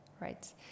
right